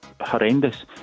horrendous